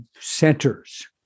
centers